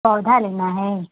पौधा लेना है